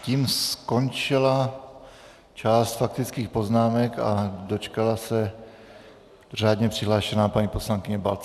Tím skončila část faktických poznámek a dočkala se řádně přihlášená paní poslankyně Balcarová.